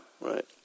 right